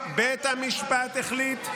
בית המשפט החליט,